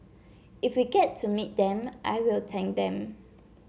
if we get to meet them I will thank them